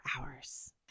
hours